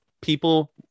people